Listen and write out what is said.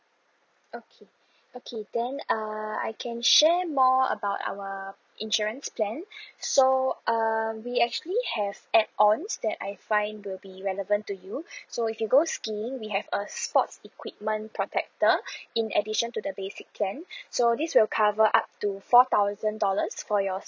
okay okay then err I can share more about our insurance plan so uh we actually have add-ons that I find will be relevant to you so if you go skiing we have a sports equipment protector in addition to the basic plan so this will cover up to four thousand dollars for your